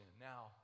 Now